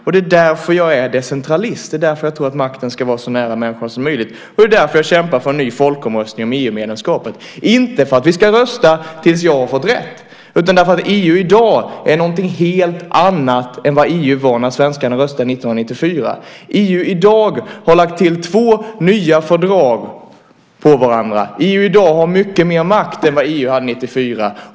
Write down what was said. Det är därför som jag är decentralist. Det är därför som jag tror att makten ska vara så nära människorna som möjligt. Och det är därför som jag kämpar för en ny folkomröstning om EU-medlemskapet, inte för att vi ska rösta tills jag har fått rätt, utan därför att EU i dag är någonting helt annat än vad EU var när svenskarna röstade 1994. EU i dag har lagt till två nya fördrag på varandra. EU i dag har mycket mer makt än vad EU hade 1994.